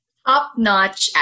Top-notch